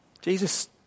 Jesus